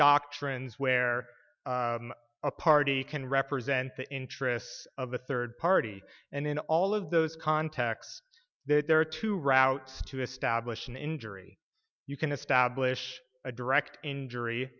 doctrines where a party can represent the interests of a third party and then all of those contacts that there are two routes to establish an injury you can establish a direct injury